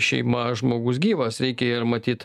šeima žmogus gyvas reikia ir matyt